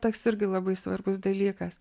toks irgi labai svarbus dalykas